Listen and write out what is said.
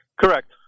Correct